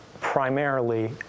primarily